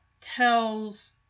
tells